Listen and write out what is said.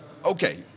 Okay